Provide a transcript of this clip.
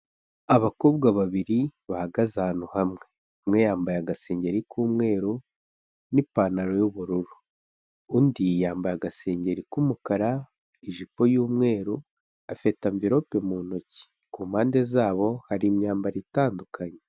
Abakobwa babiri, bahagaze ahantu hamwe. Umwe yambaye agasengeri k'umweru n'ipantaro y'ubururu, undi yambaye agasengeri k'umukara, ijipo y'umweru, afite amvirope mu ntoki, ku mpande zabo hari imyambaro itandukanye.